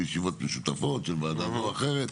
בישיבות משותפות עם ועדה כזו או אחרת,